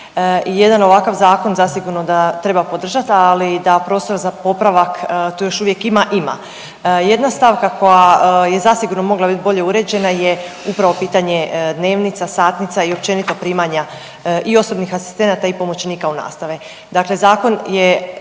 jedan ovakav zakon zasigurno da treba podržati, ali da prostora za popravak tu još uvijek ima, ima. Jedna stavka koja je zasigurno mogla bit bolje uređena je upravo pitanje dnevnica, satnica i općenito primanja i osobnih asistenata i pomoćnika u nastavi. Dakle zakon je